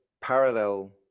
parallel